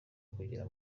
kugera